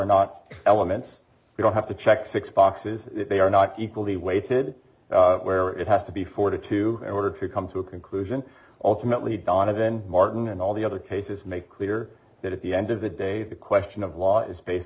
not elements you don't have to check six boxes if they are not equally weighted where it has to be for two in order to come to a conclusion ultimately donovan martin and all the other cases make clear that at the end of the day the question of law is based